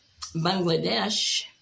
Bangladesh